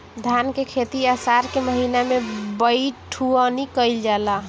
धान के खेती आषाढ़ के महीना में बइठुअनी कइल जाला?